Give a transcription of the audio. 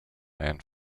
and